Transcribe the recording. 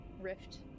rift